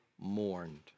mourned